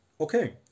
Okay